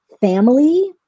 family